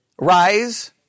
rise